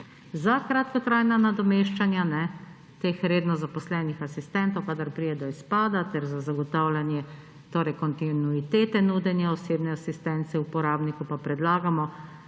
Za kratkotrajna nadomeščanja teh redno zaposlenih asistentov, kadar pride do izpada, ter za zagotavljanje kontinuitete nudenja osebne asistence uporabniku pa predlagamo,